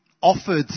Offered